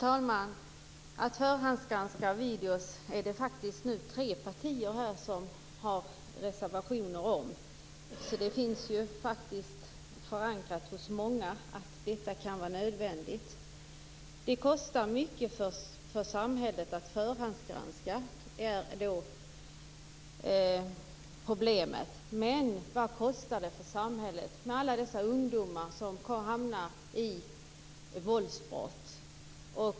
Herr talman! Det finns tre partier som har reserverat sig för att förhandsgranska videogram. Det är förankrat hos många att detta kan vara nödvändigt. Ett problem skall vara att det kostar mycket för samhället att förhandsgranska. Men vad kostar det för samhället med alla dessa ungdomar som begår våldsbrott?